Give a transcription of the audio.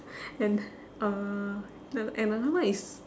and uh an~ another one is